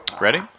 Ready